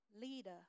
leader